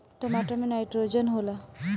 टमाटर मे नाइट्रोजन होला?